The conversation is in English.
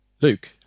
Luke